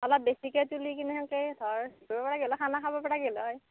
অলপ বেছিকৈ তুলি কিনে সেনকৈ ধৰ হেৰি কৰিব পৰা গ'ল হয় খানা খাব পৰা গ'ল হয়